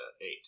eight